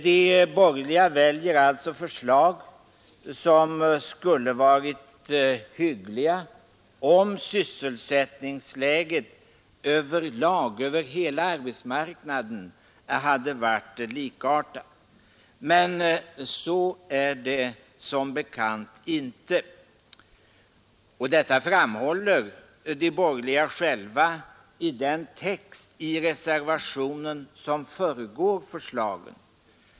De borgerliga väljer alltså förslag som skulle ha varit hyggliga, om sysselsättningsläget över hela arbetsmarknaden hade varit likartat. Men så är det som bekant inte, och detta framhåller de borgerliga själva i den text i reservationen som föregår förslagen.